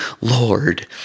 Lord